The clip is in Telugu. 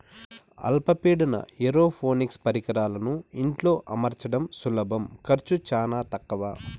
అల్ప పీడన ఏరోపోనిక్స్ పరికరాలను ఇంట్లో అమర్చడం సులభం ఖర్చు చానా తక్కవ